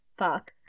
fuck